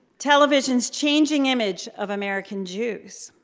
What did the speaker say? television's changing image of american jews,